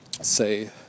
say